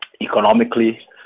economically